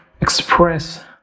express